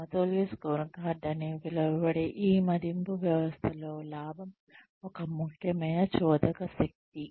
సమతుల్య స్కోర్కార్డ్ అని పిలువబడే ఈ మదింపు వ్యవస్థలో లాభం ఒక ముఖ్యమైన చోదక శక్తి